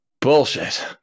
Bullshit